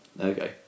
okay